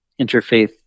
interfaith